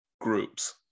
groups